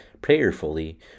prayerfully